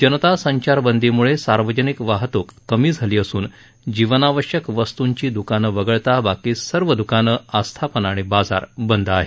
जनता संचारबंदीमुळे सार्वजनिक वाहतूक कमी झाली असून जीवनाश्यक वस्तूंची द्कानं वगळता बाकी सर्व द्कानं आस्थापना आणि बाजार बंद आहेत